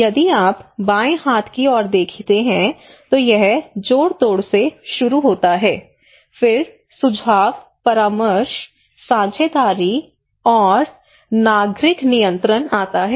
यदि आप बाएं हाथ की ओर देखते हैं तो यह जोड़तोड़ से शुरू होता है फिर सुझाव परामर्श साझेदारी और नागरिक नियंत्रणआता है